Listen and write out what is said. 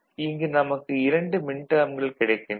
இங்கு நமக்கு இரண்டு மின்டேர்ம்கள் கிடைக்கின்றன